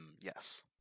Yes